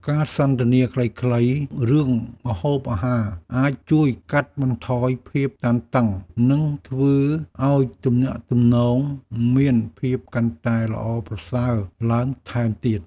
ការសន្ទនាខ្លីៗរឿងម្ហូបអាហារអាចជួយកាត់បន្ថយភាពតានតឹង និងធ្វើឱ្យទំនាក់ទំនងមានភាពកាន់តែល្អប្រសើរឡើងថែមទៀត។